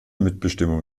mitbestimmung